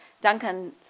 Duncan